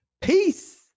Peace